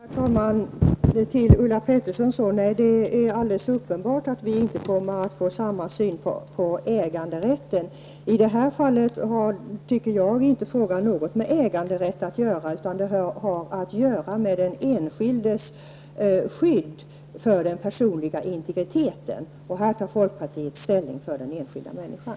Herr talman! Till Ulla Pettersson: Det är alldeles uppenbart att vi inte kommer att ha samma syn på äganderätten. I det här fallet tycker jag att frågan inte har med äganderätten att göra, utan den har att göra med den enskildes skydd för den personliga integriteten. Här tar folkpartiet ställning för den enskilda människan.